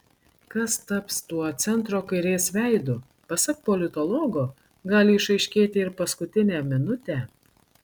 kas taps tuo centro kairės veidu pasak politologo gali išaiškėti ir paskutinę minutę